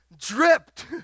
dripped